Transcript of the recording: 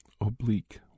oblique